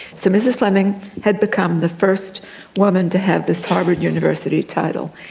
so mrs fleming had become the first woman to have this harvard university title.